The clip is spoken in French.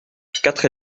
quatre